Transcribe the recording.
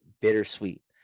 bittersweet